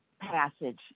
passage